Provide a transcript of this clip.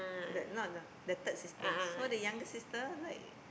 that not lah the third sister so the younger sister like